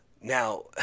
Now